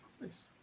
nice